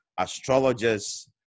Astrologers